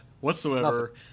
whatsoever